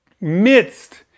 midst